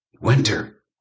Winter